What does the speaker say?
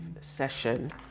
session